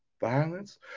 violence